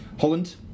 Holland